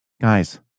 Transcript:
Guys